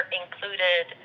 included